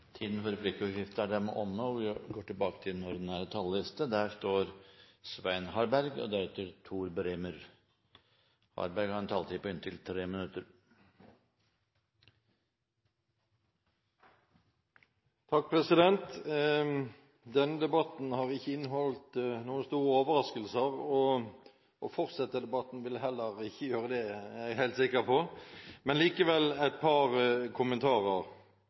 er dermed omme. De talere som heretter får ordet, har en taletid på inntil 3 minutter. Denne debatten har ikke inneholdt noen store overraskelser, og en fortsettelse av debatten vil heller ikke gjøre det, er jeg helt sikker på. Men et par kommentarer.